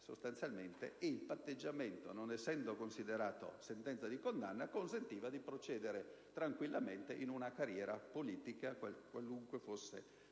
patteggiasse e il patteggiamento, non essendo considerato sentenza di condanna, consentiva di procedere tranquillamente in una carriera politica, qualunque essa fosse.